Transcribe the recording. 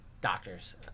doctors